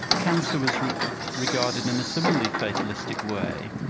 cancer was regarded in a similarly fatalistic way.